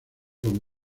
con